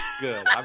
Good